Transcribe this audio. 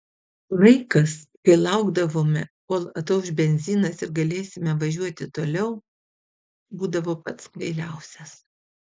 laikas kai laukdavome kol atauš benzinas ir galėsime važiuoti toliau būdavo pats kvailiausias